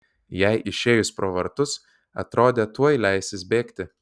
jai išėjus pro vartus atrodė tuoj leisis bėgti